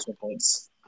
points